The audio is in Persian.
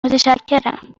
متشکرم